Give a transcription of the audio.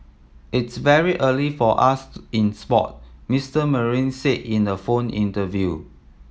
it's very early for us in sport Mister Marine said in a phone interview